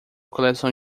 coleção